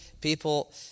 people